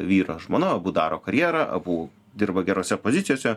vyras žmona abu daro karjerą abu dirba gerose pozicijose